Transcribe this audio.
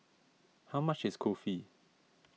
how much is Kulfi